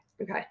Okay